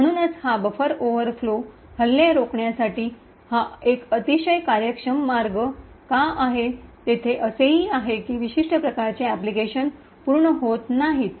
म्हणूनच हा buffer overflow हल्ले रोखण्यासाठी हा एक अतिशय कार्यक्षम मार्ग का आहे तेथे असेही आहे की विशिष्ट प्रकारचे ऐप्लकेशन पूर्ण होत नाहीत